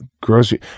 grocery